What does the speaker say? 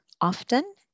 often